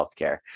healthcare